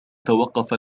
توقف